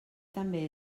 també